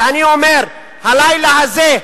ואני אומר: הלילה הזה,